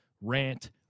Rant